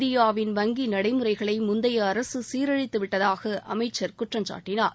இந்திய வங்கி நடைமுறைகளை முந்தைய அரசு சீரழித்து விட்டதாக அமைச்சர் குற்றம் சாட்டினார்